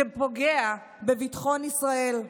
שפוגע בביטחון ישראל,